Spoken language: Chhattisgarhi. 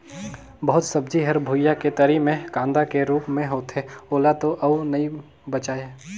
बहुत सब्जी हर भुइयां के तरी मे कांदा के रूप मे होथे ओला तो अउ नइ बचायें